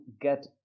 get